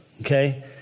okay